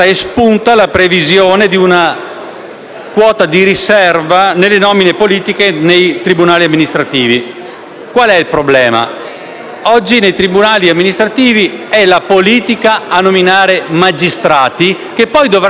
quota di riserva nelle nomine politiche nei tribunali amministrativi. Qual è il problema? Oggi nei tribunali amministrativi è la politica a nominare i magistrati che poi dovranno decidere sugli atti amministrativi